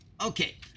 Okay